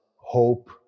hope